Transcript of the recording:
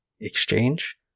exchange